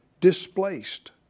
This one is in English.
displaced